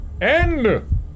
End